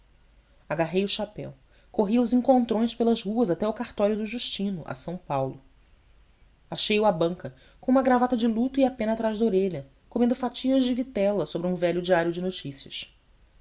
agarrei o chapéu corri aos encontrões pelas ruas até ao cartório do justino a são paulo achei-o à banca com uma gravata de luto e a pena atrás da orelha comendo fatias de vitela sobre um velho diário de notícias